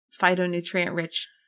phytonutrient-rich